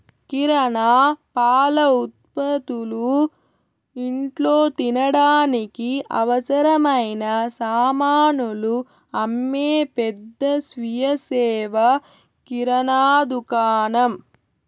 కిరణా, పాల ఉత్పతులు, ఇంట్లో తినడానికి అవసరమైన సామానులు అమ్మే పెద్ద స్వీయ సేవ కిరణా దుకాణం